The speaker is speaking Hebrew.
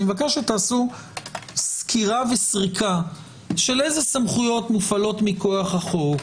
אני מבקש שתעשו סקירה וסריקה של אילו סמכויות מופעלות מכוח החוק.